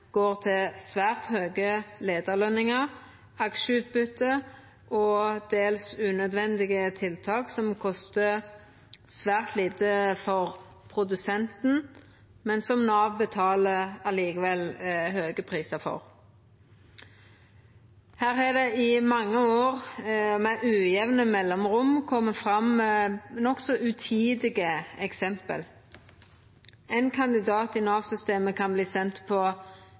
går til svært høge leiarløningar, aksjeutbyte og dels unødvendige tiltak som kostar svært lite for produsenten, men som Nav likevel betaler høge prisar for. Her har det i mange år med ujamne mellomrom kome fram nokså utidige eksempel. Ein kandidat i Nav-systemet kan verta send på